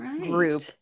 group